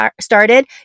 started